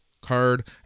card